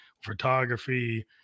photography